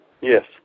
Yes